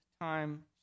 time